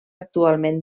actualment